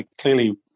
clearly